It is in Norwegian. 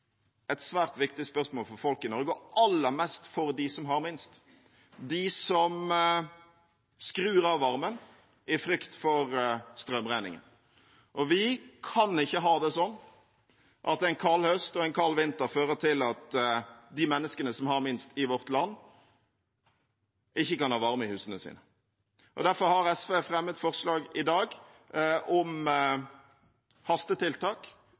et svært viktig spørsmål for folk i Norge, og aller mest for dem som har minst, de som skrur av varmen i frykt for strømregningen. Vi kan ikke ha det slik at en kald høst og en kald vinter fører til at de menneskene som har minst i vårt land, ikke kan ha varme i husene sine. Derfor har SV fremmet forslag i dag om hastetiltak